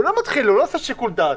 הוא לא עושה שיקול דעת.